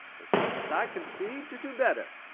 as far as i can see, to do better.